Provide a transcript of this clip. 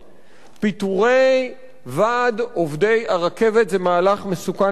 פיטורי ועד עובדי הרכבת זה מהלך מסוכן וחמור.